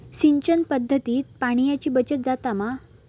सिंचन पध्दतीत पाणयाची बचत जाता मा?